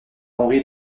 henri